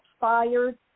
fired